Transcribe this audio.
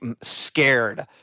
scared